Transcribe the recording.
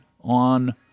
on